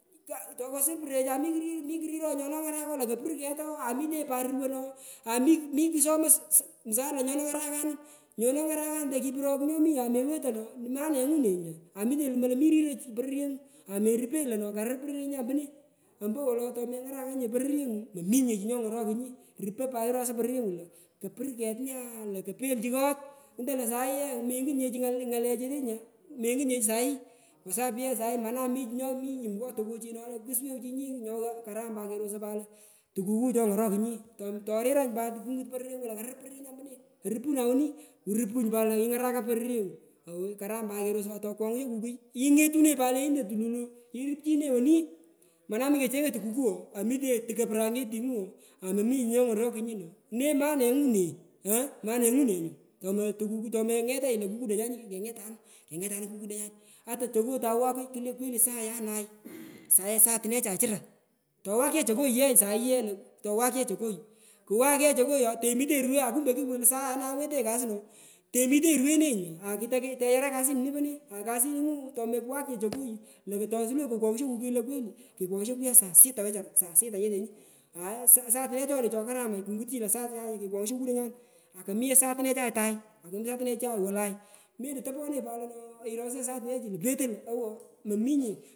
Ka tokosepunechai mikir mikuriro lo nyono ngarako lo kopur keto o amitenyi pat ruwoy no ami mikusomoi msaada lo nyono ngarakanun inyono nyarakante lumoi lo riroi chii pororyengu merupenyi lona karir pororyenyan mpone ompo wolo tomengarakanye pororyengu mominye chi nyongorokunyi rupo pat wi rosa pororyenga lo kopur ket nya ndo kopeichu kot ingutonyi lo saii ye mengiti nye chii ngulechetu nya mengutnye chii sahii kwa sapu ye saii manan mi chii nyomi yum ngo tukuchi no kusuwechunyi nyogha karam pat kerosoi pat lo tukuku chongorokunyi pat kungat pororyengu lo karir pororyenyan mpone arupuna woni irupunyi pat lo wuyo ngaraka pororyengu karam pat kerosoi tokwogh ye kukui ngaraka pororyengu kara pat kerosoi tokwogh ye kukui ingeturenyi pat lenyini lo tulululu irup chinenyi woni mana mikechengoi tukuku ooh amitenyi tukoi puranyetingu ooh amominye chii nyongorokunyi ine manengu ne aah manengu ne nyu tomengetanyi lo kukudonya kengetanun kukudonyan ata choko tawokoi kulo kweli sayanai (kuwak) saa satunechai chura towak ye chokoyi saii ye lo towak ye chokoi kuwak ye chokoi tomitanyi ruwene nyu nya akiteyaranyi kasu nyini pone akasingu tomowak nye chokoyu lo tosuwirenyi lo kekwoghsho kukui kweli kekwoghsho, kukuyai saa sita wechara sa sita nyetenyi aai satine choni chokaramach kungut chi lo saanai nyakekwoghsho kukudonyan akominye satunechai atai, akomi satunechai wolai malo toponanyi lo irosenyi saa tanechi lo petoi ewo mominye.